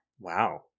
wow